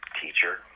teacher